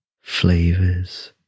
flavors